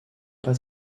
pas